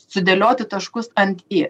sudėlioti taškus ant i